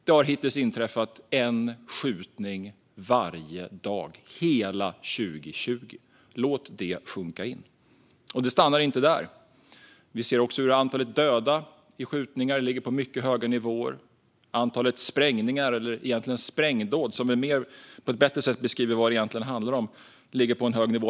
Det har hittills inträffat en skjutning varje dag hela 2020. Låt det sjunka in! Men det stannar inte där. Vi ser också hur antalet döda i skjutningar ligger på mycket höga nivåer. Antalet sprängningar, eller egentligen sprängdåd, ett ord som på ett bättre sätt beskriver vad det egentligen handlar om, ligger också på en hög nivå.